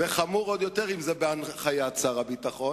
וחמור עוד יותר אם זה בהנחיית שר הביטחון,